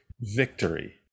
victory